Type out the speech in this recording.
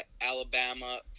Alabama